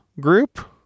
group